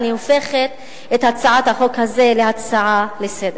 אני הופכת את הצעת החוק הזאת להצעה לסדר-היום.